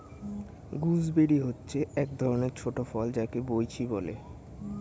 gooseberry হচ্ছে এক ধরণের ছোট ফল যাকে বৈঁচি বলে